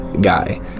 guy